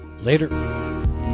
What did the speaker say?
Later